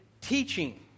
teaching